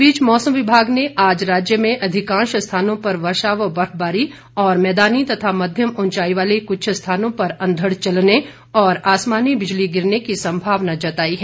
इस बीच मौसम विभाग ने आज राज्य में अधिकांश स्थानों पर वर्षा व बर्फबारी और मैदानी और मध्यम उंचाई वाले कुछ स्थानों पर अंधड़ चलने और आसामानी बिजली गिरने की संभावना जताई है